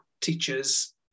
teachers